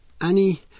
Annie